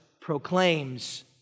proclaims